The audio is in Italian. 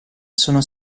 sono